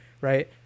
Right